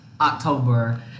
October